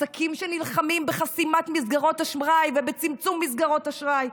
עסקים נלחמים בחסימת מסגרות אשראי ובצמצום מסגרות אשראי.